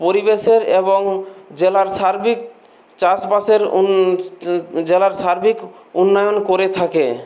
পরিবেশের এবং জেলার সার্বিক চাষবাসের জেলার সার্বিক উন্নয়ন করে থাকে